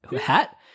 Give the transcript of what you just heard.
hat